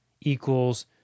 equals